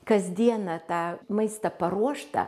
kasdieną tą maistą paruoštą